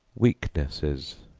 weaknesses,